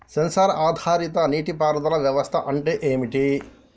Censor ఆధారిత నీటి పారుదల వ్యవస్థ అంటే ఏమిటి?